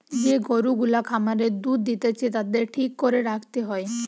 যে গরু গুলা খামারে দুধ দিতেছে তাদের ঠিক করে রাখতে হয়